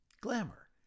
Glamour